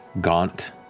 gaunt